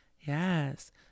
Yes